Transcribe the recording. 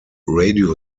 radio